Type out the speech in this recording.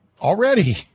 already